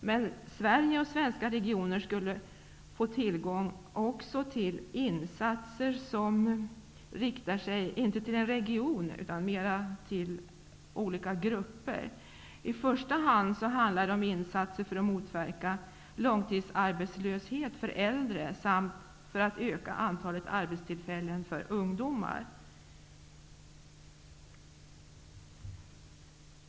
Men Sverige och svenska regioner skulle få tillgång också till insatser som riktar sig inte till en region utan mera till olika grupper. I första hand handlar det om insatser för att motverka långtidsarbetslöshet för äldre samt för att öka antalet arbetstillfällen för ungdomar.